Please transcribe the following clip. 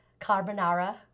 carbonara